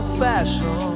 fashion